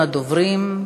אחרון הדוברים.